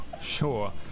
Sure